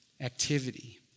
activity